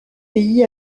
pays